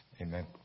Amen